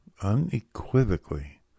unequivocally